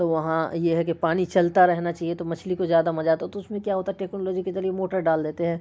تو وہاں یہ ہے کہ پانی چلتا رہنا چاہیے تو مچھلی کو زیادہ مزہ آتا ہے تو اس میں کیا ہوتا ہے ٹیکنالوجی کے ذریعے موٹر ڈال دیتے ہیں